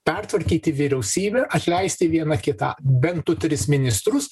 pertvarkyti vyriausybę atleisti vieną kitą bent du tris ministrus